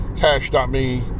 cash.me